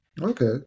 Okay